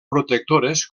protectores